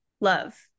love